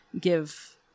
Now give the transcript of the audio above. give